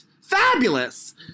Fabulous